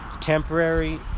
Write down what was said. Temporary